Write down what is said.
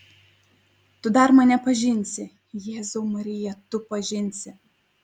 tu dar mane pažinsi jėzau marija tu pažinsi